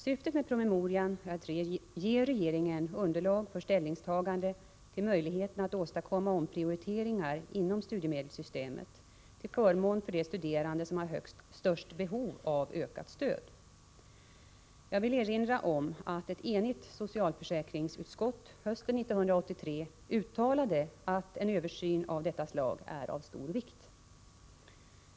Syftet med promemorian är att ge regeringen underlag för ställningstagande till möjligheterna att åstadkomma omprioriteringar inom studiemedelssystemet till förmån för de studerande som har störst behov av ökat stöd. Jag vill erinra om att ett enigt socialförsäkringsutskott hösten 1983 uttalade att en översyn av detta slag är av stor vikt.